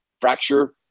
fracture